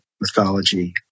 mythology